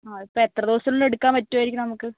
ആ ഇപ്പോൾ എത്ര ദിവസത്തിനുള്ളിൽ എടുക്കാൻ പറ്റുമായിരിക്കും നമുക്ക്